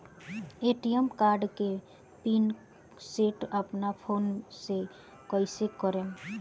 ATM card के PIN set अपना phone से कइसे करेम?